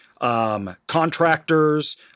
Contractors